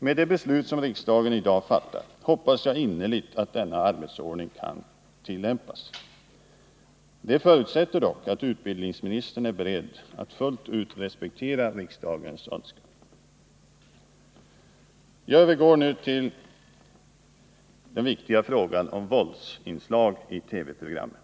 Med det beslut riksdagen i dag fattar hoppas jag innerligt att denna arbetsordning kan tillämpas. Det förutsätter dock att utbildningsministern är beredd att fullt ut respektera riksdagens önskan. Jag övergår nu till den viktiga frågan om våldsinslag i TV-programmen.